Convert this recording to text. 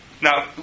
Now